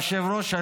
היושב-ראש,